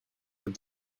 with